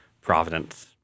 providence